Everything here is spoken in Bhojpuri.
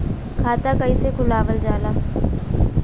खाता कइसे खुलावल जाला?